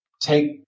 take